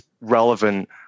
relevant